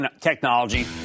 technology